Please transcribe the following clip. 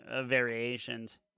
variations